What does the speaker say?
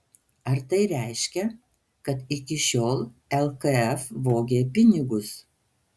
ar tai reiškia kad iki šiol lkf vogė pinigus